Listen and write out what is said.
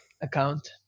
Account